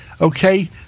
Okay